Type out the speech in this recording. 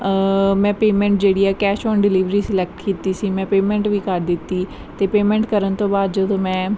ਮੈਂ ਪੇਮੈਂਟ ਜਿਹੜੀ ਆ ਕੈਸ਼ ਔਨ ਡਿਲੀਵਰੀ ਸਲੈਕਟ ਕੀਤੀ ਸੀ ਮੈਂ ਪੇਮੈਂਟ ਵੀ ਕਰ ਦਿੱਤੀ ਅਤੇ ਪੇਮੈਂਟ ਕਰਨ ਤੋਂ ਬਾਅਦ ਜਦੋਂ ਮੈਂ